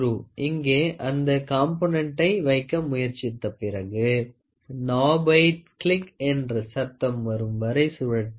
இங்கே அந்த கா ம்பனென்ட்டை வைக்க முயற்சித்த பிறகு க்நோபை கிளிக் என்ற சத்தம் வரும் வரை சுழற்ற வேண்டும்